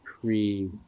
pre